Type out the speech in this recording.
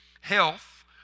health